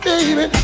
Baby